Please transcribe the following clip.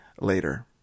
later